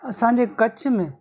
असांजे कच्छ में